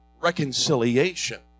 Reconciliation